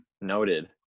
Noted